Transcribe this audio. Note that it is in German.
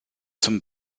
zum